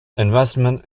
investment